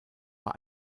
bei